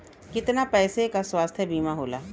कितना पैसे का स्वास्थ्य बीमा होला?